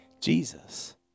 Jesus